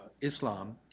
Islam